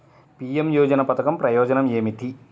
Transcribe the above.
PM యోజన పధకం ప్రయోజనం ఏమితి?